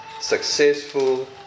successful